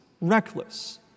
reckless